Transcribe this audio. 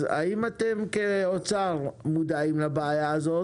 האם אתם כאוצר, מודעים לכך,